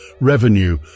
revenue